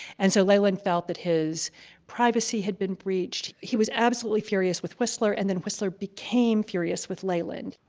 and so leyland felt that his privacy had been breached. he was absolutely furious with whistler, and then whistler became furious with leyland.